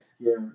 scary